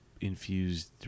infused